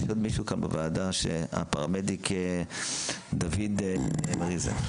הפרמדיק דוד מריזן.